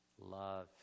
love